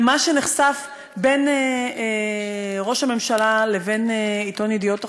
למה שנחשף בין ראש הממשלה לבין עיתון "ידיעות אחרונות".